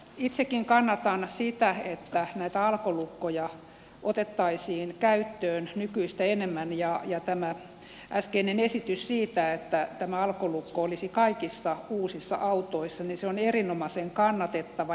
itsekin kannatan sitä että näitä alkolukkoja otettaisiin käyttöön nykyistä enemmän ja tämä äskeinen esitys siitä että tämä alkolukko olisi kaikissa uusissa autoissa on erinomaisen kannatettava